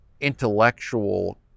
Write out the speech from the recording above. intellectual